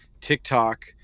TikTok